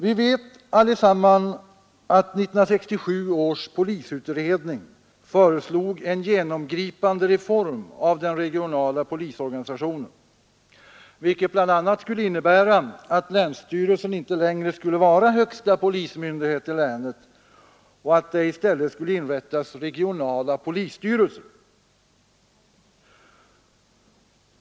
Vi vet allesammans att 1967 års polisutredning föreslog en genomgripande reform av den regionala polisorganisationen, vilken bl.a. skulle innebära att länsstyrelsen inte längre skulle vara högsta polismyndighet i länet och att det i stället skulle inrättas regionala polisstyrelser.